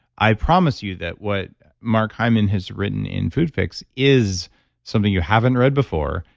i promise you that what mark hyman has written in food fix is something you haven't read before.